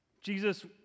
Jesus